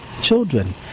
children